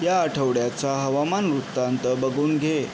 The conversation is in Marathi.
या आठवड्याचा हवामान वृत्तांत बघून घे